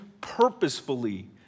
purposefully